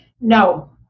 no